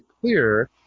clear